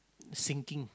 sinking